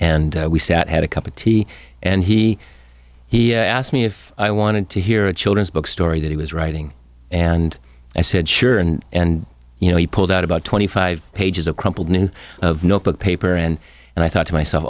and we sat had a cup of tea and he he asked me if i wanted to hear a children's book story that he was writing and i said sure and and you know he pulled out about twenty five pages of crumpled news of notebook paper and and i thought to myself